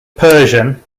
persian